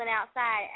Outside